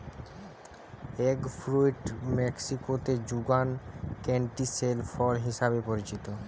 egg fruit মেক্সিকোতে যুগান ক্যান্টিসেল ফল হিসেবে পরিচিত